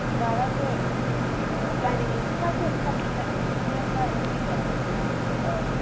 माबासो गारि फिसासो कार फिसा बिदिनो मारुति भेन आव